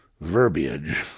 Verbiage